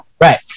Right